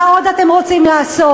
מה עוד אתם רוצים לעשות?